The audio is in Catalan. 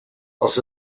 als